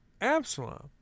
Absalom